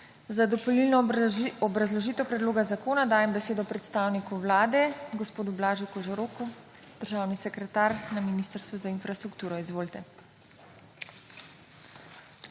Za dopolnilno obrazložitev predloga zakona dajem besedo predstavniku Vlade, gospodu Blažu Košoroku, državnemu sekretarju Ministrstva za infrastrukturo. **BLAŽ